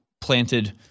planted